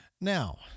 Now